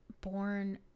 born